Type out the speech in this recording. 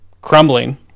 crumbling